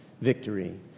victory